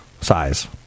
size